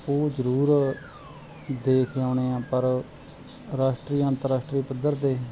ਉਹ ਜਰੂਰ ਦੇਖ ਆਉਨੇ ਆ ਪਰ ਰਾਸ਼ਟਰੀ ਅੰਤਰਰਾਸ਼ਟਰੀ ਪੱਧਰ ਤੇ